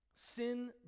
Sin